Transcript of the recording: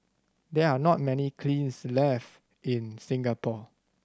there are not many kilns left in Singapore